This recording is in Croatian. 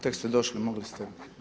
Tek ste došli, mogli ste.